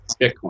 Bitcoin